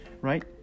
right